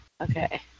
Okay